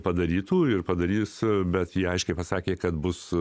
padarytų ir padarys bet ji aiškiai pasakė kad bus